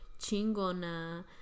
chingona